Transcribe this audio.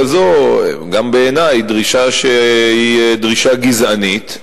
דרישה כזאת, גם בעיני, היא דרישה גזענית,